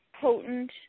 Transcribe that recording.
potent